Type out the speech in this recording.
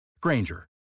Granger